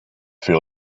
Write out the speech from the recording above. feel